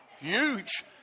huge